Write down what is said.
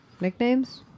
nicknames